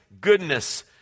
goodness